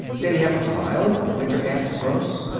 did he have a file? winter asked gross.